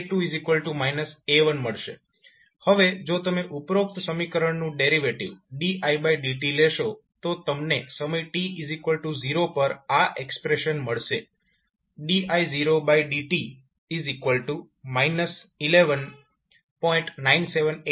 તેથી તમને A2 A1 મળશે હવે જો તમે ઉપરોક્ત સમીકરણનું ડેરિવેટિવ didt લેશો તો તમને સમય t0 પર આ એક્સપ્રેશન મળશે didt 11